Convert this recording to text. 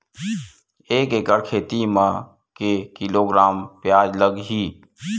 एक एकड़ खेती म के किलोग्राम प्याज लग ही?